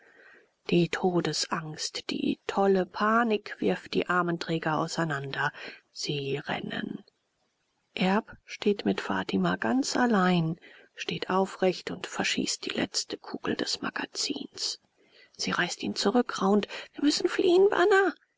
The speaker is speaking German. die todesangst die tolle panik wirft die armen träger auseinander sie rennen erb steht mit fatima ganz allein steht aufrecht und verschießt die letzte kugel des magazins sie reißt ihn zurück raunt wir müssen fliehen bana